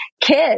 kids